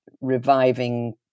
reviving